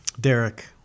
Derek